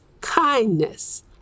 kindness